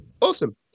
Awesome